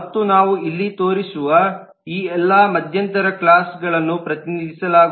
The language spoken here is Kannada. ಮತ್ತು ನಾವು ಇಲ್ಲಿ ತೋರಿಸುವ ಈ ಎಲ್ಲಾ ಮಧ್ಯಂತರ ಕ್ಲಾಸ್ಗಳನ್ನು ಪ್ರತಿನಿಧಿಸಲಾಗುತ್ತದೆ